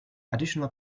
additional